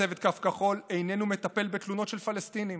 צוות קו כחול לא מטפל בתלונות של פלסטינים,